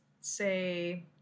say